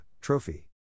Trophy